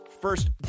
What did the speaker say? first